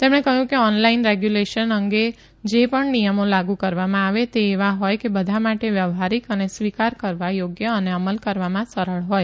તેમણે કહયું કે ઓનલાઇન રેગ્યુલેશન અંગે જે પણ નિયમો લાગુ કરવામાં આવે તે એવા હોય કે બધા માટે વ્યાવહારીક અને સ્વીકાર કરવા યોગ્ય અને અમલ કરવામાં સરળ હોય